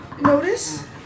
Notice